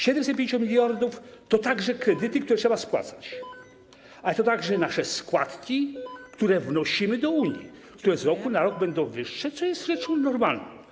750 mld to także kredyty, które trzeba spłacać, ale to także nasze składki, które wnosimy do Unii, które z roku na rok będą wyższe, co jest rzeczą normalną.